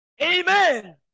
Amen